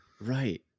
Right